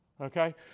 Okay